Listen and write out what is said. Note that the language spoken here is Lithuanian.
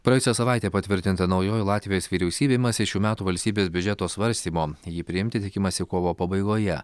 praėjusią savaitę patvirtinta naujoji latvijos vyriausybė imasi šių metų valstybės biudžeto svarstymo jį priimti tikimasi kovo pabaigoje